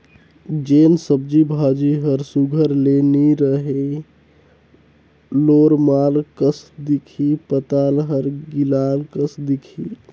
जेन सब्जी भाजी हर सुग्घर ले नी रही लोरमाल कस दिखही पताल हर गिलाल कस दिखही